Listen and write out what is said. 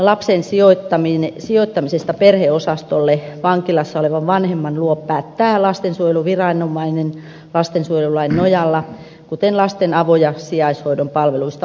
lapsen sijoittamisesta perheosastolle vankilassa olevan vanhemman luo päättää lastensuojeluviranomainen lastensuojelulain nojalla kuten lasten avo ja sijaishoidon palveluista muutoinkin